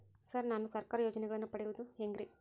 Sir ನಾನು ಸರ್ಕಾರ ಯೋಜೆನೆಗಳನ್ನು ಪಡೆಯುವುದು ಹೆಂಗ್ರಿ?